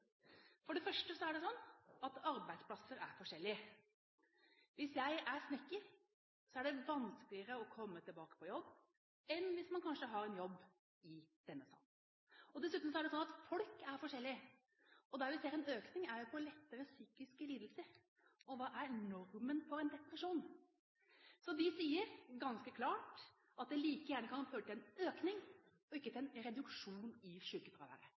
For det første er det slik at arbeidsplasser er forskjellige. Hvis man er snekker, er det vanskeligere å komme tilbake på jobb enn det er hvis man kanskje har en jobb i denne salen. Dessuten er det slik at folk er forskjellige, og der vi ser en økning er når det gjelder lettere psykiske lidelser. Og hva er normen for en depresjon? Ekspertgruppen sier ganske klart at det like gjerne kan føre til en økning, og ikke til en reduksjon, i